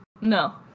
No